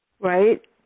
Right